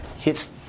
hits